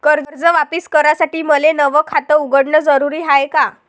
कर्ज वापिस करासाठी मले नव खात उघडन जरुरी हाय का?